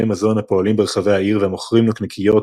מזון הפועלים ברחבי העיר והמוכרים נקניקיות,